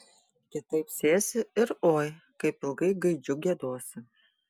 kitaip sėsi ir oi kaip ilgai gaidžiu giedosi